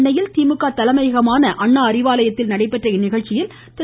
சென்னையில் திமுக தலைமையகமான அண்ணா அறிவாலயத்தில் நடைபெற்ற இந்நிகழ்ச்சியில் திரு